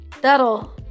that'll